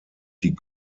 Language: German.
die